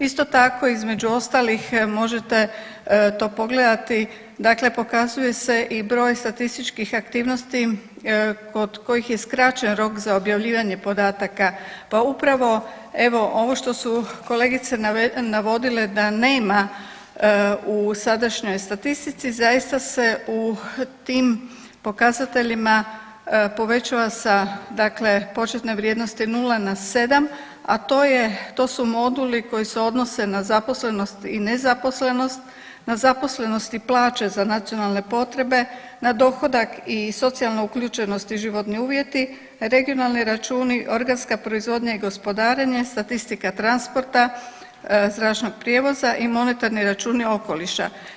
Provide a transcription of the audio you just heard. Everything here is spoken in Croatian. Isto tako između ostalih možete to pogledati, dakle pokazuje se i broj statističkih aktivnosti kod kojih je skraćen rok za objavljivanje podataka, pa upravo evo ovo što su kolegice navodile da nema u sadašnjoj statistici zaista se u tim pokazateljima povećava sa dakle početne vrijednosti nula na 7, a to je, to su moduli koji se odnose na zaposlenost i nezaposlenost, na zaposlenost i plaće za nacionalne potrebe, na dohodak i socijalnu uključenost i životni uvjeti, regionalni računi, organska proizvodnja i gospodarenje, statistika transporta, zračnog prijevoza i monetarni računi okoliša.